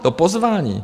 To pozvání!